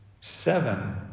Seven